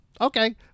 okay